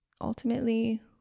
ultimately